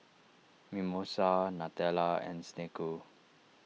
Mimosa Nutella and Snek Ku